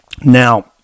Now